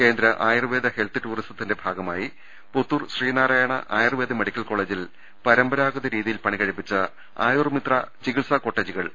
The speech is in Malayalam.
കേന്ദ്ര ആയുർവേദ ഹെൽത്ത് ടൂറിസത്തിന്റെ ഭാഗമായി പുത്തൂർ ശ്രീനാരായണ ആയൂർവേദ മെഡിക്കൽ കോളേജിൽ പരമ്പരാഗത രീതിയിൽ പണികഴിപ്പിച്ച ആയുർമിത്ര ചികിത്സ കോട്ടേജുകൾ വി